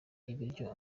ibiryo